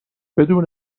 بدون